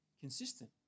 consistent